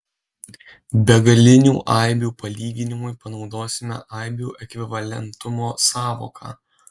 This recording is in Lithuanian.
begalinių aibių palyginimui panaudosime aibių ekvivalentumo sąvoką